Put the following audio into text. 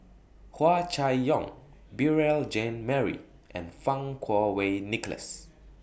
Hua Chai Yong Beurel Jean Marie and Fang Kuo Wei Nicholas